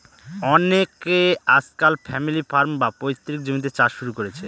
অনকে আজকাল family farm, বা পৈতৃক জমিতে চাষ শুরু করেছে